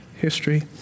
history